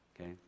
Okay